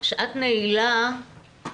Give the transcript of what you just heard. "שעת נעילה",